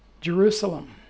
Jerusalem